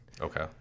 Okay